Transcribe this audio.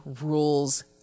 rules